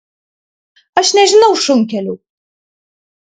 aš nežinau šunkelių